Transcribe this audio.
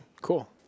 Cool